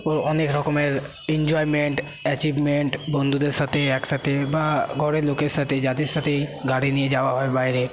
ও অনেক রকমের enjoyment achievement বন্ধুদের সাথে একসাথে বা ঘরের লোকের সাথে যাদের সাথেই গাড়ি নিয়ে যাওয়া হয় বাইরে